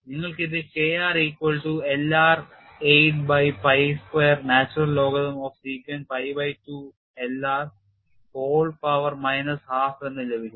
നിങ്ങൾക്ക് ഇത് K r equal to L r 8 by pi square natural logarithm of secant pi by 2 L r whole power minus half എന്ന് ലഭിക്കും